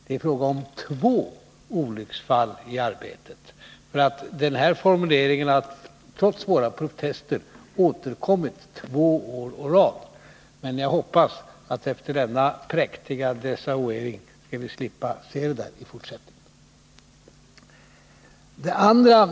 Det är fråga om två olycksfall i arbetet. Den här formuleringen har trots våra protester återkommit två år i rad. Men jag hoppas att vi efter denna präktiga desavouering skall slippa se den i fortsättningen.